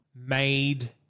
made